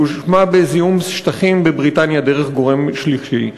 היא הואשמה בזיהום שטחים בבריטניה דרך גורם שלישי,